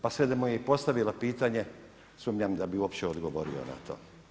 Pa sve i da mu je postavila pitanje, sumnjam da bi uopće odgovorio na to.